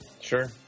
Sure